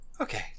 Okay